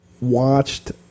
watched